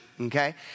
okay